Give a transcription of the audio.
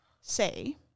say